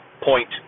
point